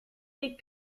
des